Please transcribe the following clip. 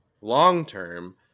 long-term